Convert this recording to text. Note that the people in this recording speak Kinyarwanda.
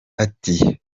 ati